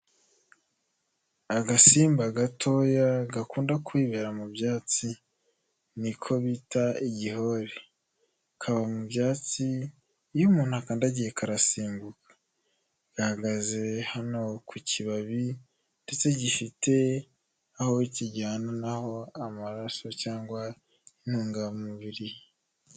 Agasimba gatoya gakunda kwibera mu byatsi, niko bita igihore, kaba mu byatsi, iyo umuntu akandagiye karasimbuka, gahagaze hano ku kibabi ndetse gifite aho kijyana naho amaraso cyangwa intungamubiri.